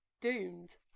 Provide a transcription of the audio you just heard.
doomed